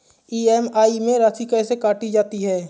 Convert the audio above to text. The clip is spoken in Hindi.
ई.एम.आई में राशि कैसे काटी जाती है?